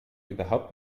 überhaupt